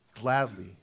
gladly